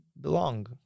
belong